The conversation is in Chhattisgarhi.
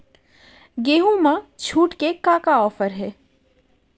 गेहूँ मा छूट के का का ऑफ़र हे?